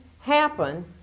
happen